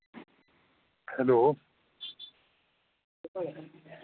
hello